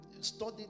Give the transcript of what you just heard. studied